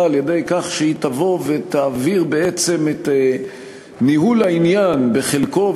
על-ידי כך שתעביר בעצם את ניהול העניין בחלקו,